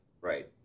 Right